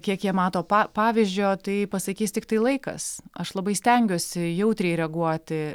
kiek jie mato pa pavyzdžio tai pasakys tiktai laikas aš labai stengiuosi jautriai reaguoti